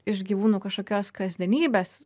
iš gyvūnų kažkokios kasdienybės